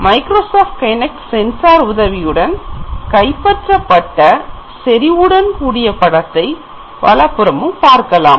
Microsoft Kinect Sensor உதவியுடன் கைப்பற்றப்பட்ட செறிவுடன் கூடிய படத்தை வலப்புறமும் பார்க்கலாம்